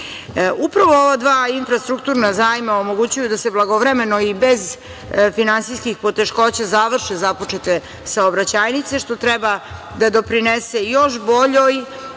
drugih. Upravo ova dva infrastrukturna zajma omogućuju da se blagovremeno i bez finansijskih poteškoća završe započete saobraćajnice, što treba da doprinese još boljoj